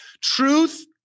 truth